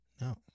No